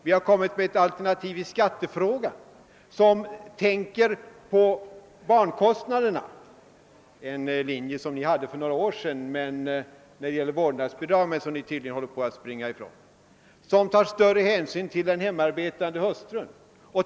Vi utarbetade ett alternativ i skattefrågan som tar hänsyn till barnkostnaderna — en linje som socialdemokraterna följde för några år sedan när det gällde vårdnadsbidrag men som ni tydligen håller på att springa ifrån — och som tar större hänsyn till den hemarbetande hustrun och.